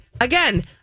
Again